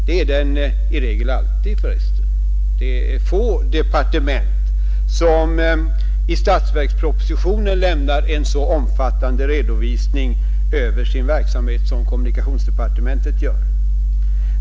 Det är den i regel alltid för resten — det är få departement som i statsverkspropositionen lämnar en så omfattande redovisning för sin verksamhet som kommunikationsdepartementet gör.